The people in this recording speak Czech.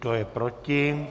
Kdo je proti?